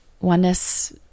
oneness